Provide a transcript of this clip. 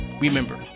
Remember